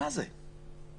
מה זה?